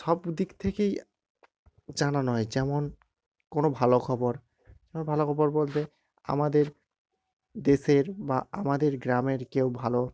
সব দিক থেকেই জানানো হয় যেমন কোনো ভালো খবর ভালো খবর বলতে আমাদের দেশের বা আমাদের গ্রামের কেউ ভালো